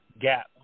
gap